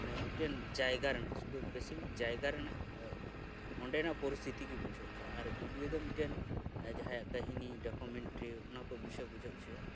ᱢᱟᱱᱮ ᱢᱤᱫᱴᱮᱱ ᱡᱟᱭᱜᱟ ᱨᱮᱭᱟᱜ ᱥᱩᱫᱷᱩ ᱥᱯᱮᱥᱤᱯᱷᱤᱠ ᱡᱟᱭᱜᱟᱨᱮᱭᱟᱜ ᱚᱸᱰᱮᱱᱟᱜ ᱯᱚᱨᱤᱥᱥᱛᱷᱤᱛᱤ ᱜᱮ ᱵᱩᱡᱷᱟᱹᱣ ᱚᱪᱚᱭᱟ ᱟᱨ ᱵᱷᱤᱰᱭᱳ ᱫᱚ ᱢᱤᱫᱴᱮᱱ ᱡᱟᱦᱟᱸᱭᱟᱜ ᱠᱟᱦᱤᱱᱤ ᱰᱳᱠᱳᱢᱮᱸᱴ ᱚᱱᱟ ᱠᱚ ᱵᱤᱥᱚᱭ ᱵᱩᱡᱷᱟᱹᱣ ᱚᱪᱚᱭᱟ